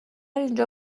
اینجا